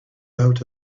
out